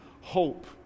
hope